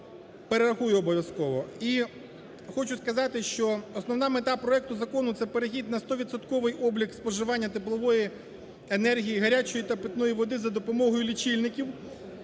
перерахую обов'язково. І хочу сказати, що основна мета проекту закону – це перехід на стовідсотковий облік споживання теплової енергії, гарячої та питної води за допомогою лічильників,